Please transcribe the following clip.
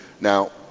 Now